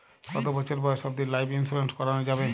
কতো বছর বয়স অব্দি লাইফ ইন্সুরেন্স করানো যাবে?